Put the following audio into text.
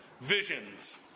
visions